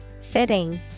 fitting